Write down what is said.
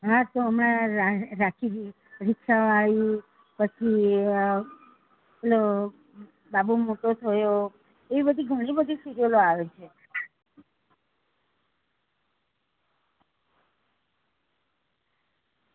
હા તો હમણાં રાખી રિક્ષાવાળી પછી ઓલો બાબો મોટો થયો એવી બધી ઘણી બધી સિરિયલો આવે છે